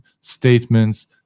statements